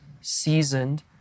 seasoned